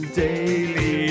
daily